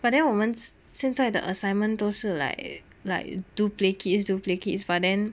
but then 我们现在的 assignment 都是 like do play kids do play kids but then